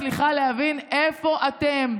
אז אני לא מצליחה להבין איפה אתם.